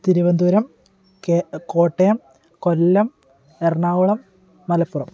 തിരുവനന്തപുരം കേ കോട്ടയം കൊല്ലം എറണാകുളം മലപ്പുറം